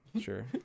Sure